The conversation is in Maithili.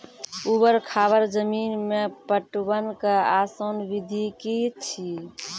ऊवर खाबड़ जमीन मे पटवनक आसान विधि की ऐछि?